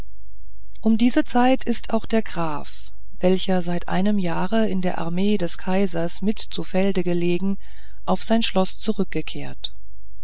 um diese zeit ist auch der graf welcher seit einem jahre in der armee des kaisers mit zu felde gelegen auf sein schloß zurückgekehrt